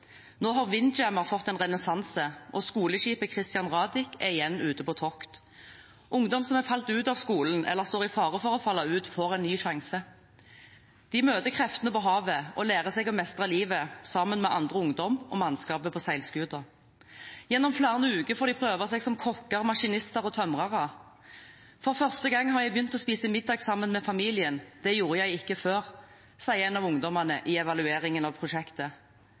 Nå har Windjammer fått en renessanse, og skoleskipet «Christian Radich» er igjen ute på tokt. Ungdom som er falt ut av skolen, eller står i fare for å falle ut, får en ny sjanse. De møter kreftene på havet og lærer seg å mestre livet sammen med andre ungdommer og mannskapet på seilskuta. Gjennom flere uker får de prøve seg som kokker, maskinister og tømrere. For første gang har jeg begynt å spise middag sammen med familien, det gjorde jeg ikke før, sier en av ungdommene i evalueringen av prosjektet.